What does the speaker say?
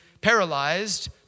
paralyzed